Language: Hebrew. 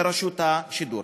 ברשות השידור.